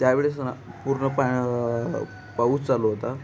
त्यावेळेस ना पूर्ण पा पाऊस चालू होता